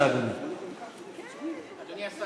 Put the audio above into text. בבקשה, אדוני.